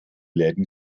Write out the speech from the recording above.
läden